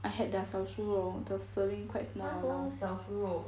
I had their 小酥肉 their serving quite small now